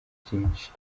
byinshi